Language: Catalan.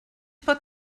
pot